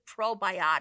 probiotic